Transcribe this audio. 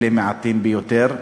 אלה מעטים ביותר,